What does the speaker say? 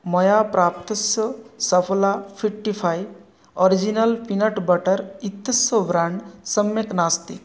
मया प्राप्तस्य Saffola fittify original peanut butter इत्यस्स ब्राण्ड् सम्यक् नास्ति